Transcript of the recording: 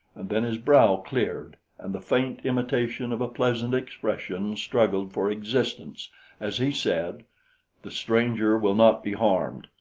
and then his brow cleared, and the faint imitation of a pleasant expression struggled for existence as he said the stranger will not be harmed.